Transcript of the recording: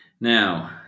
now